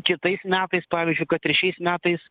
kitais metais pavyzdžiui kad ir šiais metais